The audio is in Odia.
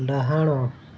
ଡାହାଣ